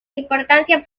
importancia